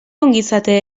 ongizate